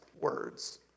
words